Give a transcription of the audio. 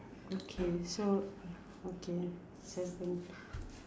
okay so okay circle